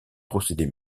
procédés